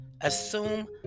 Assume